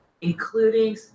including